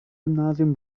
gymnasium